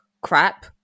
crap